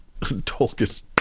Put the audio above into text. Tolkien